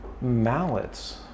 mallets